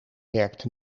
werkt